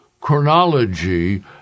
chronology